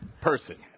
person